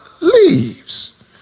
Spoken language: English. leaves